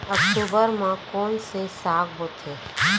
अक्टूबर मा कोन से साग बोथे?